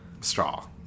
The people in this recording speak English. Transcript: straw